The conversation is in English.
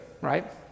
right